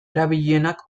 erabilienak